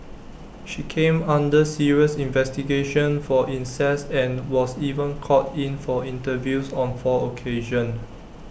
she came under serious investigation for incest and was even called in for interviews on four occasions